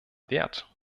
wert